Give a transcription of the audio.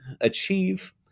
achieve